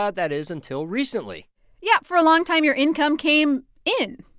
ah that is, until recently yeah. for a long time, your income came in.